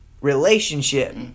relationship